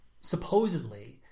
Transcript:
supposedly